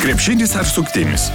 krepšinis ar suktinis